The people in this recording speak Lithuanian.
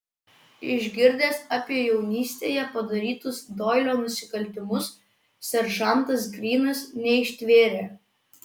išgirdęs apie jaunystėje padarytus doilio nusikaltimus seržantas grynas neištvėrė